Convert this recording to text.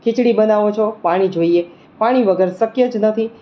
ખિચડી બનાવો છો પાણી જોઈએ પાણી વગર શક્ય જ નથી